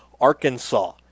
Arkansas